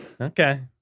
Okay